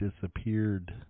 disappeared